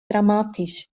dramatisch